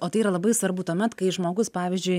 o tai yra labai svarbu tuomet kai žmogus pavyzdžiui